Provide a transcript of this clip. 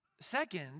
Second